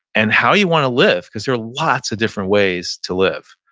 and how you want to live. because there are lots of different ways to live,